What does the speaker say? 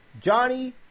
Johnny